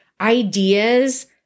ideas